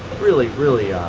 really really?